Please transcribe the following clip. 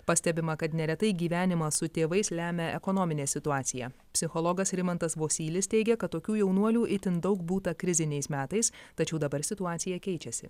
pastebima kad neretai gyvenimą su tėvais lemia ekonominė situacija psichologas rimantas vosylis teigia kad tokių jaunuolių itin daug būta kriziniais metais tačiau dabar situacija keičiasi